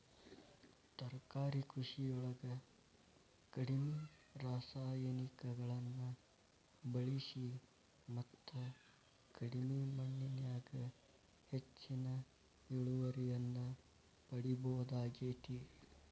ತರಕಾರಿ ಕೃಷಿಯೊಳಗ ಕಡಿಮಿ ರಾಸಾಯನಿಕಗಳನ್ನ ಬಳಿಸಿ ಮತ್ತ ಕಡಿಮಿ ಮಣ್ಣಿನ್ಯಾಗ ಹೆಚ್ಚಿನ ಇಳುವರಿಯನ್ನ ಪಡಿಬೋದಾಗೇತಿ